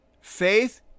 faith